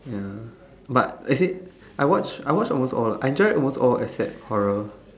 ya but actually I watch almost all lah I join almost all except horror